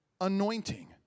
anointing